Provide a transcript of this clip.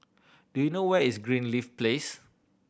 do you know where is Greenleaf Place